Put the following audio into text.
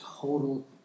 total